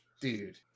dude